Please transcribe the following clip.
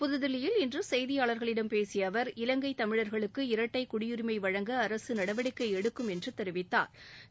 புதுதில்லியில் இன்று செய்தியாளா்களிடம் பேசிய அவா் இலங்கை தமிழா்களுக்கு இரட்டை குடியுரிமை வழங்க அரசு நடவடிக்கை எடுக்கும் என்று தெரிவித்தாா்